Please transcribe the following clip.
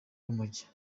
urumogi